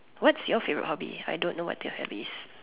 what's your favorite hobby I don't know what your hobby is